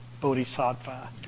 Bodhisattva